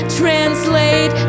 translate